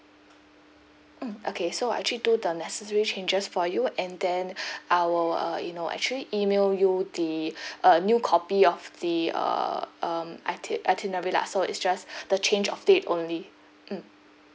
mm okay so I actually do the necessary changes for you and then I will uh you know actually email you the a new copy of the uh um iti~ itinerary lah so it's just the change of date only mm